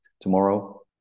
tomorrow